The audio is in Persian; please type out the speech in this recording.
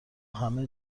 همه